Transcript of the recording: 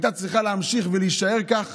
הייתה צריכה להמשיך ולהישאר כך